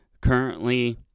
currently